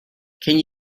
can